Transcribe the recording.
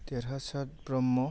देरहासार ब्रह्म